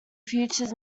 future